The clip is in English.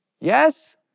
Yes